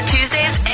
Tuesdays